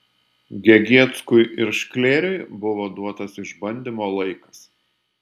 gegieckui ir šklėriui buvo duotas išbandymo laikas